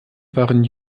waren